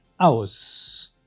aus